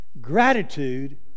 gratitude